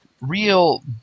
real